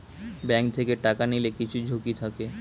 bank থেকে টাকা নিলে কিছু ঝুঁকি থাকে